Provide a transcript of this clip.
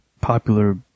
popular